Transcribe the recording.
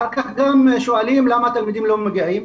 אחר כך שואלים למה התלמידים לא מגיעים.